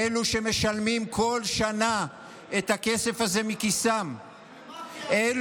אלו שמשלמים כל שנה את הכסף הזה מכיסם מאפיה,